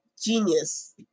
genius